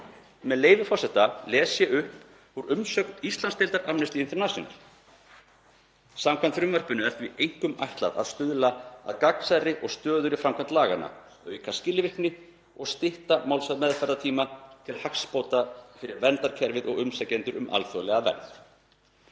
Með leyfi forseta les ég upp úr umsögn Íslandsdeildar Amnesty International: „Samkvæmt frumvarpinu er því einkum ætlað að stuðla að gagnsærri og stöðugri framkvæmd laganna, auka skilvirkni og stytta málsmeðferðartíma til hagsbóta fyrir verndarkerfið og umsækjendur um alþjóðlega vernd.